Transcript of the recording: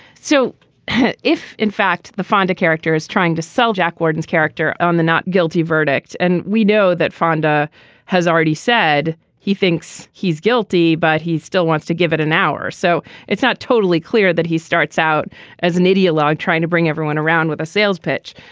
so if in fact the find a character is trying to sell jack gordon's character on the not guilty verdict and we know that fonda has already said he thinks he's guilty but he still wants to give it an hour. so it's not totally clear that he starts out as an ideologue trying to bring everyone around with a sales pitch.